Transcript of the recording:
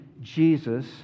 Jesus